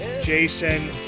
jason